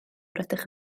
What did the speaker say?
rydych